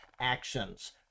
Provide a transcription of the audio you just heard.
actions